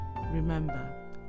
Remember